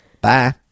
Bye